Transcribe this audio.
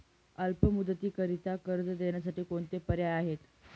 अल्प मुदतीकरीता कर्ज देण्यासाठी कोणते पर्याय आहेत?